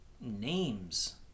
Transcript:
names